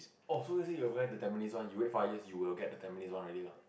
!oh! so is it you apply the Tampines one you wait five years you will get the Tampines one already loh